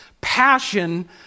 passion